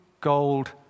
gold